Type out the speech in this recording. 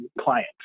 client